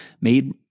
made